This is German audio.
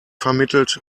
vermittelt